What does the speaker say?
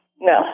No